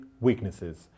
weaknesses